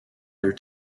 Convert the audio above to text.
their